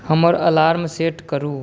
हमर alarm set करू